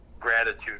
gratitude